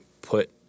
put